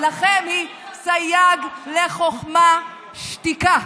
ולכן עצתי לכם היא: סייג לחוכמה שתיקה.